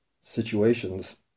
situations